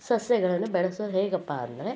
ಸಸ್ಯಗಳನ್ನು ಬೆಳೆಸೋದು ಹೇಗಪ್ಪಾ ಅಂದರೆ